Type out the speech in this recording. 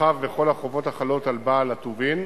החב בכל החובות החלות על בעל הטובין,